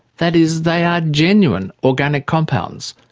that is they are genuine organic compounds,